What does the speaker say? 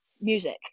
music